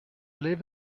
live